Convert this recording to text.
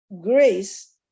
grace